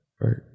right